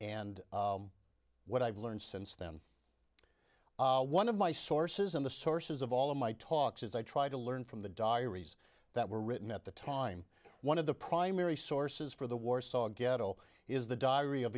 and what i've learned since then one of my sources in the sources of all of my talks is i try to learn from the diaries that were written at the time one of the primary sources for the warsaw ghetto is the diary of